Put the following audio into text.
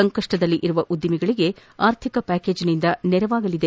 ಸಂಕಷ್ಸದಲ್ಲಿರುವ ಉದ್ದಿಮೆಗಳಿಗೆ ಆರ್ಥಿಕ ಪ್ಯಾಕೇಜ್ನಿಂದ ನೆರವಾಗಲಿದೆ